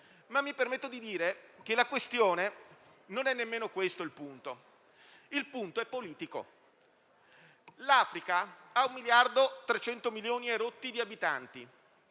Mi permetto di dire che la questione non è nemmeno questa, in quanto il punto è politico. L'Africa ha circa 1.300 milioni di abitanti.